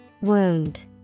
Wound